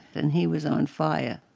and he was on fire.